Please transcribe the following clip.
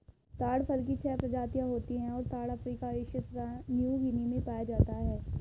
ताड़ फल की छह प्रजातियाँ होती हैं और ताड़ अफ्रीका एशिया तथा न्यूगीनी में पाया जाता है